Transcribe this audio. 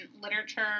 literature